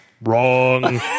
wrong